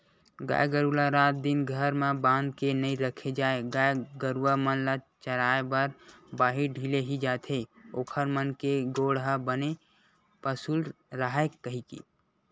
गाय गरु ल रात दिन घर म बांध के नइ रखे जाय गाय गरुवा मन ल चराए बर बाहिर ढिले ही जाथे ओखर मन के गोड़ ह बने पसुल राहय कहिके